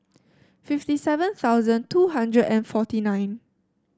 fifty seven thousand two hundred and forty nine